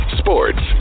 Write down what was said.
sports